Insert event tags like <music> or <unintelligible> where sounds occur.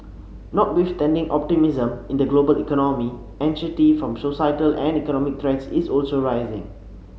notwithstanding optimism in the global economy <unintelligible> from societal and economic threats is also rising